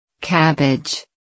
Cabbage